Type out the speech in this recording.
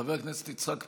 חבר הכנסת יצחק פינדרוס,